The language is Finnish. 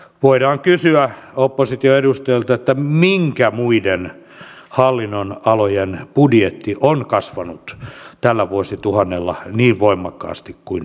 voidaan kysyä opposition edustajilta minkä muiden hallinnonalojen budjetit ovat kasvaneet tällä vuosituhannella niin voimakkaasti kuin yliopistobudjetti